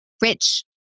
rich